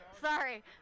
Sorry